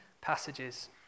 passages